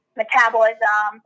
metabolism